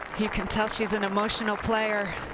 you can tell she's an emotional player.